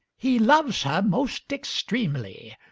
he loves her most extreamly,